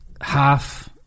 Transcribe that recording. half